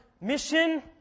mission